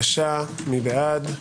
מי בעד?